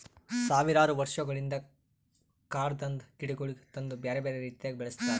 ಸಾವಿರಾರು ವರ್ಷಗೊಳಿಂದ್ ಕಾಡದಾಂದ್ ಗಿಡಗೊಳಿಗ್ ತಂದು ಬ್ಯಾರೆ ಬ್ಯಾರೆ ರೀತಿದಾಗ್ ಬೆಳಸ್ತಾರ್